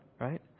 right